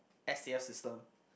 S_A_F system